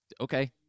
okay